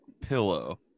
pillow